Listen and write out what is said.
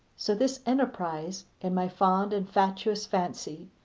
so this enterprise, in my fond and fatuous fancy,